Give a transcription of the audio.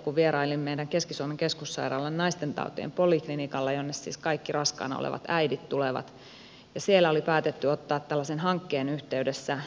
kun vierailin meidän keski suomen keskussairaalan naistentautien poliklinikalla minne siis kaikki raskaana olevat äidit tulevat ja missä oli päätetty ottaa tällaisen hankkeen yhteydessä